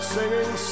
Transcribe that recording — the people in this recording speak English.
Singing